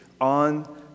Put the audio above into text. on